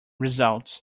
results